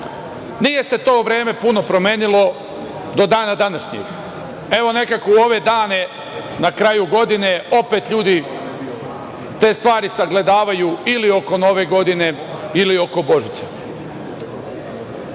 Nije se to vreme puno promenilo do dana današnjeg. Evo, nekako, u ove dane na kraju godine opet ljudi te stvari sagledavaju ili oko Nove godine ili oko Božića. Evo